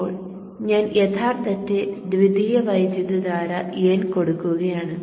ഇപ്പോൾ ഞാൻ യഥാർത്ഥത്തിൽ ദ്വിതീയ വൈദ്യുതധാര n കൊടുക്കുകയാണ്